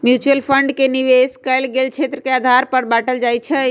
mutual fund के निवेश कएल गेल क्षेत्र के आधार पर बाटल जाइ छइ